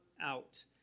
out